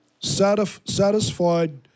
satisfied